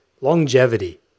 Longevity